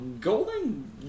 golden